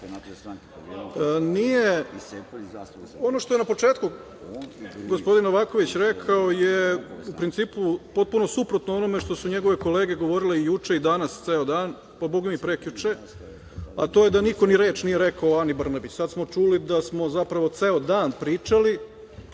Ono što je na početku gospodin Novaković rekao je u principu suprotno onome što su njegove kolege govorile juče i danas ceo dan, pa Boga mi i prekjuče, a to je da niko ni reč nije rekao o Ani Brnabić. Sad smo čuli da smo zapravo ceo dan pričali